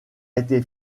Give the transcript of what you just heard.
été